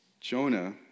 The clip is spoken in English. Jonah